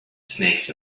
snakes